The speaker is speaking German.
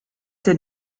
der